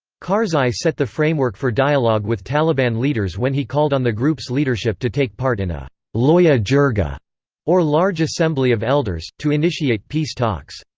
karzai set the framework for dialogue with taliban leaders when he called on the group's leadership to take part in a loya jirga or large assembly of elders to initiate peace talks.